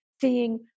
seeing